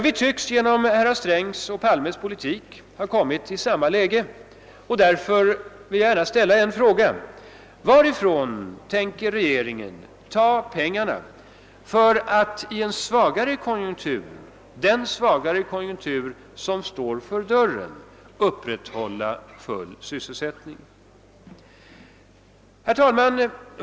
Vi tycks genom herrar Strängs och Palmes politik ha kommit i samma läge. Därför vill jag gärna ställa en fråga: Varifrån tänker regeringen ta pengarna för att i den svagare konjunktur som står för dörren upprätthålla full sysselsättning? Herr talman!